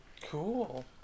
Cool